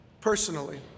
personally